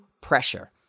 pressure